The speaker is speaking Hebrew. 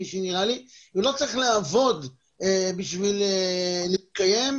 הוא לא צריך לעבוד בשביל להתקיים,